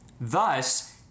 Thus